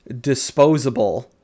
disposable